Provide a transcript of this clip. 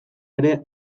ere